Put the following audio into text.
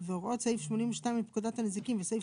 והוראות סעיף 82 לפקודת הנזיקין וסעיף